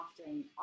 often